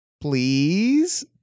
Please